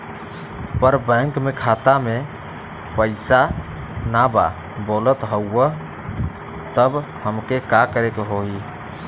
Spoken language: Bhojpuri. पर बैंक मे खाता मे पयीसा ना बा बोलत हउँव तब हमके का करे के होहीं?